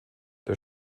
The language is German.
der